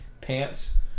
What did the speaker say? pants